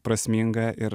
prasminga ir